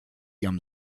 ihrem